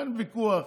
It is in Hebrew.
אין ויכוח